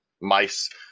mice